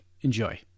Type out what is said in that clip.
Enjoy